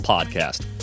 Podcast